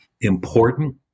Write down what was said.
important